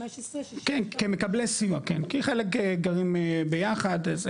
כן, כמקבלי סיוע, כי חלק גרים ביחד.